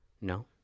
No